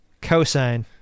Cosine